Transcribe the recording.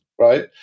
right